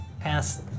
past